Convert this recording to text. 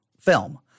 film